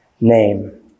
name